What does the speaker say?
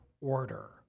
order